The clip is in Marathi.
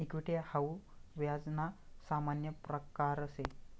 इक्विटी हाऊ व्याज ना सामान्य प्रकारसे